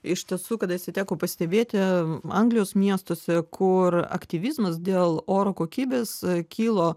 iš tiesų kadaise teko pastebėti anglijos miestuose kur aktyvizmas dėl oro kokybės kilo